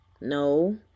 No